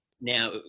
Now